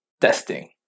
testing